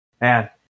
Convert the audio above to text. Man